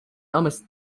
almost